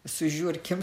su žiurkėm